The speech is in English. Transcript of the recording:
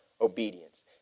obedience